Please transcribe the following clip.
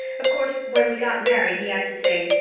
of course, when we got married he had to say,